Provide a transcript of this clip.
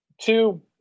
two